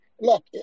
look